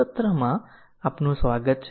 આ સત્રમાં આપનું સ્વાગત છે